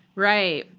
right.